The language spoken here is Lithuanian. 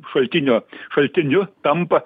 šaltinio šaltiniu tampa